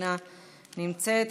אינה נמצאת,